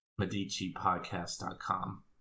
medicipodcast.com